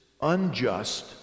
unjust